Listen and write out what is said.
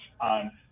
on